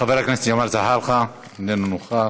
חבר הכנסת ג'מאל זחאלקה, אינו נוכח,